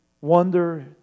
wonder